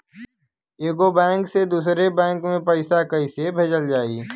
एगो बैक से दूसरा बैक मे पैसा कइसे भेजल जाई?